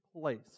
place